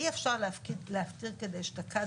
אי-אפשר להפטיר כדאשתקד,